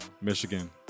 Michigan